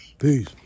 Peace